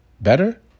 better